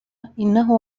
إنه